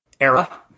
era